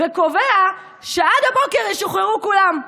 וקובע שעד הבוקר ישוחררו כולם,